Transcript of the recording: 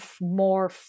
more